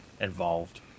involved